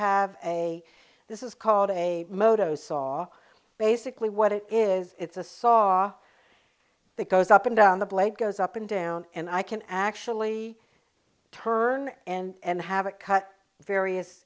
have a this is called a motos saw basically what it is it's a saw that goes up and down the blade goes up and down and i can actually turn and have it cut various